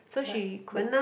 so she could